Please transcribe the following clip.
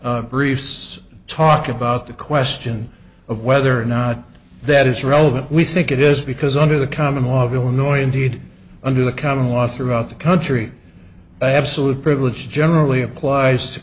briefs talk about the question of whether or not that is relevant we think it is because under the common law of illinois indeed under the common law throughout the country absolute privilege generally applies to